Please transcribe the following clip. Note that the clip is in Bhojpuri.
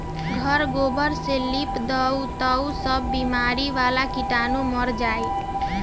घर गोबर से लिप दअ तअ सब बेमारी वाला कीटाणु मर जाइ